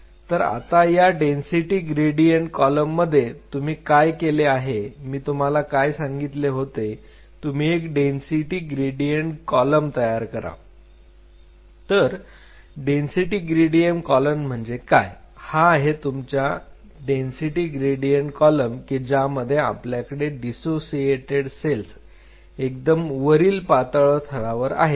तर आता या डेन्सिटी ग्रेडियंट कॉलममध्ये तुम्ही काय केले आहे मी तुम्हाला काय सांगितले होते तुम्ही एक डेन्सिटी ग्रेडियंट कॉलम तयार करा तर डेन्सिटी ग्रेडियंट कॉलम म्हणजे काय हा आहे तुमचा डेन्सिटी ग्रेडियंट कॉलम की ज्याच्यामध्ये आपल्याकडे डीसोसिएटेड सेल्स एकदम वरील पातळ थरावर आहेत